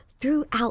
throughout